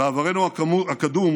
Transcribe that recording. בעברנו הקדום